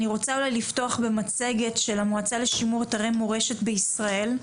אני רוצה אולי לפתוח במצגת של המועצה לשימור אתרי מורשת בישראל.